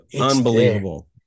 unbelievable